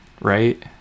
right